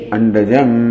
Andajam